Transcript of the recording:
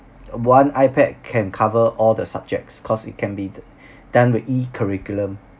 one ipad can cover all the subjects cause it can be d~ done with e-curriculum